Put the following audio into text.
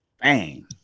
Bang